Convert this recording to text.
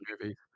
movies